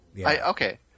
Okay